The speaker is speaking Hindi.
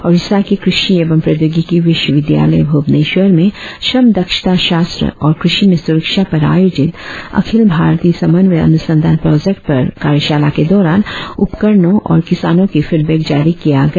ओड़िसा के कृषि एवं प्रौद्योगिकी विश्वविद्यालय भूवेनेश्वर में श्रम दक्षता शास्त्र और कृषि में सुरक्षा पर आयोजित अखिल भारती समन्वय अनुसंधान प्रोजेक्ट पर कार्यशाला के दौरान उपकरणों और किसानों की फीडबैक जारी किया गया